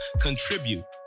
contribute